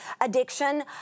addiction